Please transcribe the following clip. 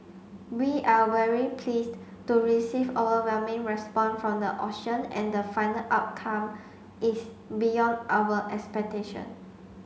we are very pleased to receive overwhelming response from the auction and the final outcome is beyond our expectation